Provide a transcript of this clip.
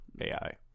AI